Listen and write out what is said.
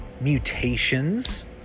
Mutations